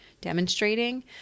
demonstrating